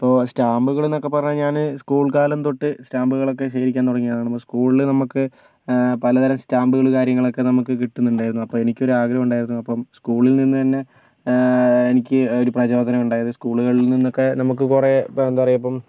ഇപ്പോൾ സ്റ്റാമ്പുകളെന്നൊക്കെ പറഞ്ഞാൽ ഞാന് സ്കൂൾ കാലം തൊട്ട് സ്റ്റാമ്പുകളൊക്കെ ശേഖരിക്കാൻ തുടങ്ങിയത് സ്കൂളില് നമുക്ക് പലതരം സ്റ്റാംബുകള് കാര്യങ്ങളൊക്കെ നമുക്ക് കിട്ടുന്നുണ്ടായിരുന്നു അപ്പോൾ എനിക്കൊരാഗ്രഹം ഉണ്ടായിരുന്നു അപ്പം സ്കൂളിൽ നിന്ന് തന്നെ എനിക്ക് ഒര് പ്രചോദനം ഉണ്ടായത് സ്കൂളുകളിൽ നിന്നൊക്കെ നമുക്ക് കുറെ എന്താ പറയുക ഇപ്പം